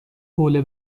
حوله